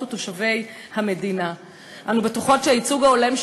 כאן, אני דווקא אדבר מתחום הדיור,